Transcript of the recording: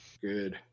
Good